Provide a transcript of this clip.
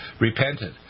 repented